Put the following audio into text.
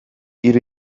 hiru